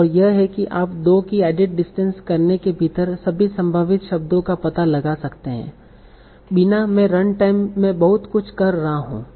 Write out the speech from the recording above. और यह है कि आप 2 की एडिट डिस्टेंस करने के भीतर सभी संभावित शब्दों का पता लगा सकते हैं बिना मैं रन टाइम में बहुत कुछ कर रहा हूं